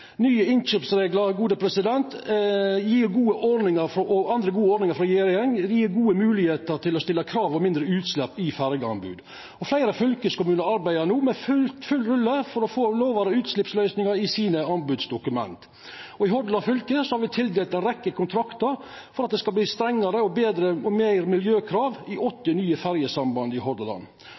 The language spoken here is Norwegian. nye innkjøpsreglar gjev gode ordningar, og gode ordningar gjev gode moglegheiter til å stilla krav til mindre utslepp i ferjeanbod. Fleire fylkeskommunar arbeider no for full rulle for å få lågare utsleppsløysingar i sine anbodsdokument. I Hordaland fylke har me tildelt ei rekkje kontraktar for at det skal verta strengare, betre og fleire miljøkrav i åtte nye ferjesamband i Hordaland.